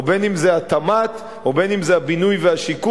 בין אם זה התמ"ת ובין אם זה הבינוי והשיכון.